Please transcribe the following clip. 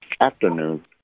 afternoon